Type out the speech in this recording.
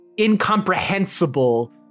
Incomprehensible